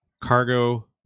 cargo